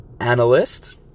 analyst